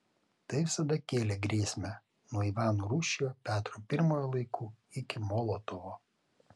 tai visada kėlė grėsmę nuo ivano rūsčiojo petro pirmojo laikų iki molotovo